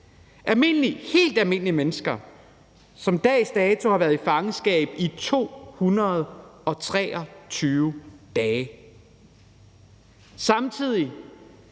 almindelige mennesker, som dags dato har været i fangenskab i 223 dage.